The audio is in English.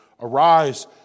Arise